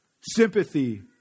sympathy